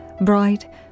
bright